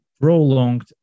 prolonged